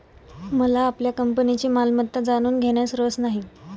मला आपल्या कंपनीची मालमत्ता जाणून घेण्यात रस नाही